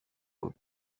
بود